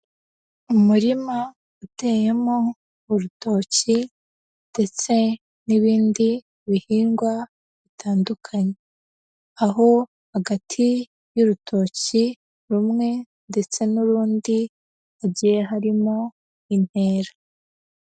Umurima uteyemo urutoki ndetse n'ibindi bihingwa bitandukanye. Aho hagati y'urutoki rumwe ndetse n'urundi hagiye harimo intera.